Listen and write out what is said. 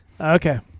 Okay